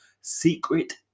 secret